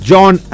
John